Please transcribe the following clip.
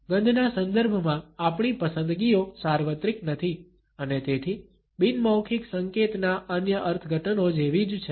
ગંધના સંદર્ભમાં આપણી પસંદગીઓ સાર્વત્રિક નથી અને તેથી બિન મૌખિક સંકેતના અન્ય અર્થઘટનો જેવી જ છે